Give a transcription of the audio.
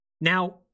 Now